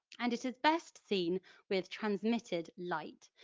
and it is best seen with transmitted light,